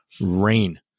rain